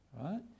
right